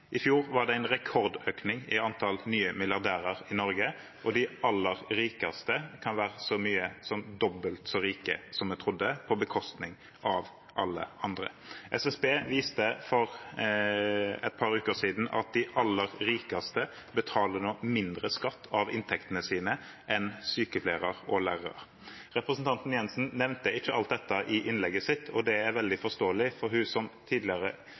I fjor var det en rekordøkning i antallet nye milliardærer i Norge, og de aller rikeste kan være så mye som dobbelt så rike som vi trodde, på bekostning av alle andre. SSB viste for et par uker siden at de aller rikeste nå betaler mindre skatt av inntektene sine enn sykepleiere og lærere. Representanten Jensen nevnte ikke alt dette i innlegget sitt. Det er veldig forståelig, for som tidligere